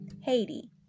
Haiti